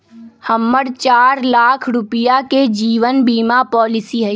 हम्मर चार लाख रुपीया के जीवन बीमा पॉलिसी हई